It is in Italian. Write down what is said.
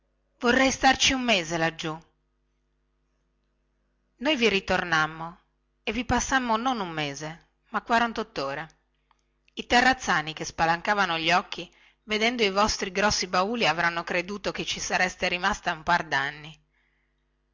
vorrei starci un mese laggiù noi vi ritornammo e vi passammo non un mese ma quarantottore i terrazzani che spalancavano gli occhi vedendo i vostri grossi bauli avranno creduto che ci sareste rimasta un par danni